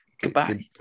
Goodbye